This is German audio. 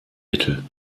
mittel